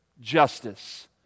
justice